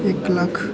इक लक्ख